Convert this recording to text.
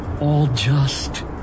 all-just